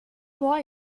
vor